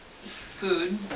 food